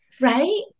right